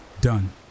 Done